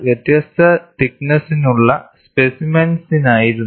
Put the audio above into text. അത് വ്യത്യസ്ത തിക്ക്നെസ്സ്നുള്ള സ്പെസിമെൻസിനായിരുന്നു